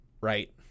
right